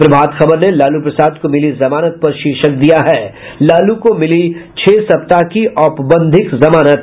प्रभात खबर ने लालू प्रसाद को मिली जमानत पर शीर्षक दिया है लालू को मिली छह सप्ताह की औपबंधिक जमानत